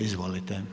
Izvolite.